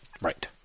right